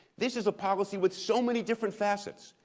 this is a policy with so many different facets.